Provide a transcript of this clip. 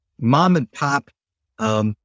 mom-and-pop